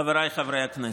חבריי חברי הכנסת.